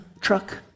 truck